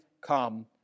come